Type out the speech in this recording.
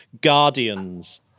Guardians